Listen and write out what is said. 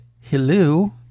Hello